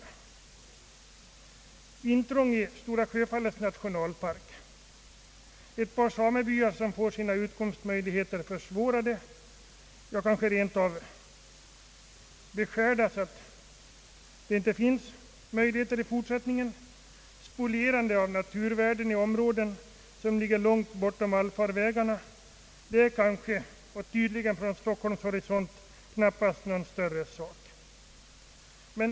Vissa intrång i Stora Sjöfallets nationalpark — ett par samebyar som får sina utkomstmöjligheter försvårade, kanske rentav beskurna så att det inte finns utkomstmöjligheter i fortsättningen, spolierande av naturvården i områden som ligger långt bortom allfar vägen — är tydligen ingen stor sak och kanske en obetydlighet sett från Stockholms horisont.